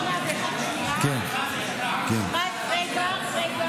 ו-4 כנוסח הוועדה.